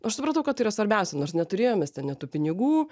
aš supratau kad tai yra svarbiausia nors neturėjom mes ten net tų pinigų